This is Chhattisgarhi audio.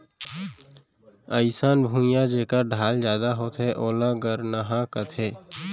अइसन भुइयां जेकर ढाल जादा होथे ओला गरनहॉं कथें